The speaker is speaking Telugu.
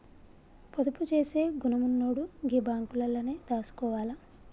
పొదుపు జేసే గుణమున్నోడు గీ బాంకులల్లనే దాసుకోవాల